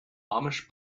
amish